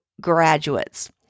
graduates